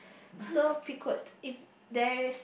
so if there is